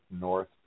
North